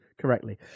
correctly